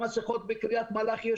המסכות בקרית מלאכי,